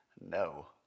No